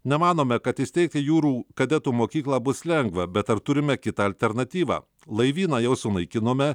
nemanome kad įsteigti jūrų kadetų mokyklą bus lengva bet ar turime kitą alternatyvą laivyną jau sunaikinome